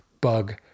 bug